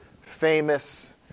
famous